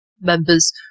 Members